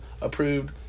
approved